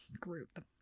group